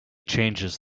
changes